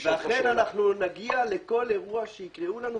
ואכן אנחנו נגיע לכל אירוע שיקראו לנו,